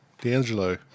D'Angelo